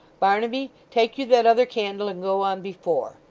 barnaby, take you that other candle, and go on before.